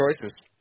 choices